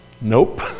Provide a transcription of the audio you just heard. Nope